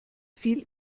fiel